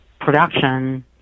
production